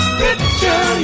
picture